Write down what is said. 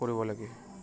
কৰিব লাগে